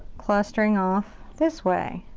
clustering off this way.